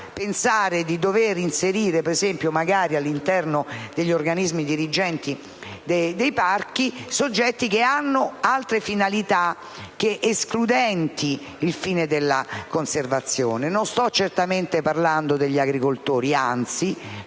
Non sto certamente parlando degli agricoltori, che